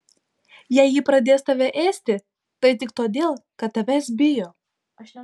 jei ji pradės tave ėsti tai tik todėl kad tavęs bijo